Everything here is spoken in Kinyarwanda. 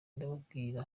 ndababwira